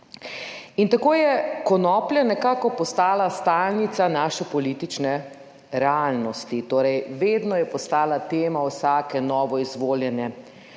in tako je konoplja nekako postala stalnica naše politične realnosti. Torej vedno je postala tema vsake novoizvoljene